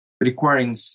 Requiring